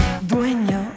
Dueño